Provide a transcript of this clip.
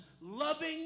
loving